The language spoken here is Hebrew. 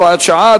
הוראת שעה),